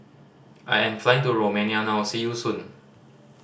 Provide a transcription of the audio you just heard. I am flying to Romania now see you soon